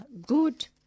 good